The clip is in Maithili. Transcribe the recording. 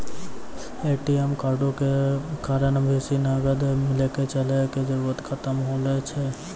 ए.टी.एम कार्डो के कारण बेसी नगद लैके चलै के जरुरत खतम होय गेलो छै